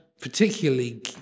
particularly